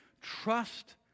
Trust